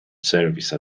service